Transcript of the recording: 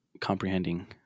comprehending